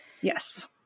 Yes